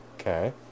okay